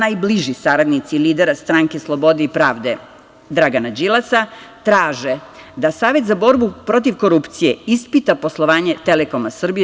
Najbliži saradnici lidera Stranke slobode i pravde Dragana Đilasa traže da Savet za borbu protiv korupcije ispita poslovanje „Telekom“ Srbije.